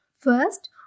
First